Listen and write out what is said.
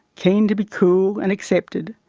keen to be cool and accepted,